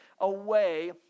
Away